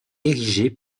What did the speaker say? érigée